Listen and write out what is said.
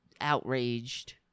outraged